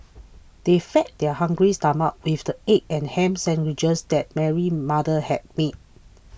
they fed their hungry stomachs with the egg and ham sandwiches that Mary's mother had made